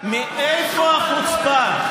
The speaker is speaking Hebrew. מאיפה החוצפה?